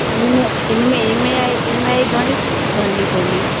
हिनमें E M I E M I घणी भरिणी पवंदी